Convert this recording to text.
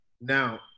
Now